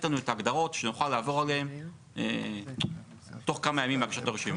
לנו את ההגדרות שנוכל לעבור עליהם בתוך כמה ימים מהגשת הרשימה.